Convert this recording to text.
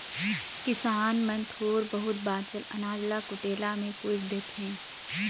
किसान मन थोर बहुत बाचल अनाज ल कुटेला मे कुइट देथे